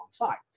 alongside